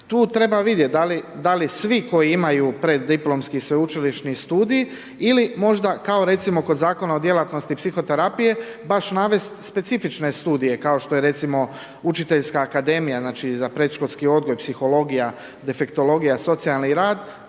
tu treba vidjeti, da li svi koji imaju preddiplomski i sveučilišni studij ili možda kao, recimo, kod Zakona o djelatnosti psihoterapije, baš navesti specifične studije, kao što je recimo, učiteljska akademija, znači za predškolski odgoj, psihologija, defektologija, socijalni rad.